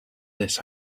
this